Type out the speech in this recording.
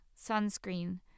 sunscreen